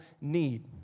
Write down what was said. need